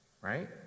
right